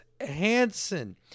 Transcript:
Hanson